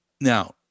now